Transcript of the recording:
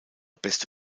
beste